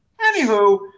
Anywho